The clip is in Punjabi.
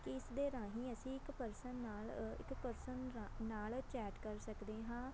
ਕਿ ਇਸ ਦੇ ਰਾਹੀਂ ਅਸੀਂ ਇੱਕ ਪਰਸਨ ਨਾਲ ਇੱਕ ਪਰਸਨ ਰਾ ਨਾਲ ਚੈਟ ਕਰ ਸਕਦੇ ਹਾਂ